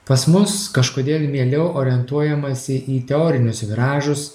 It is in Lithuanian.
pas mus kažkodėl mieliau orientuojamasi į teorinius viražus